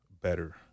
better